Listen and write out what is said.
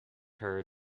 her